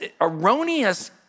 erroneous